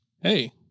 hey